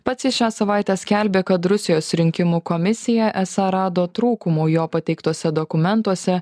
pats jis šią savaitę skelbė kad rusijos rinkimų komisija esą rado trūkumų jo pateiktuose dokumentuose